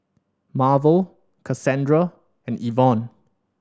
Marvel Cassandra and Yvonne